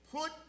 Put